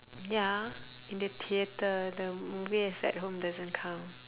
ya in the theatre the movie is at home doesn't count